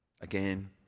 again